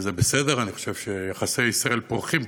וזה בסדר, אני חושב שיחסי ישראל פורחים.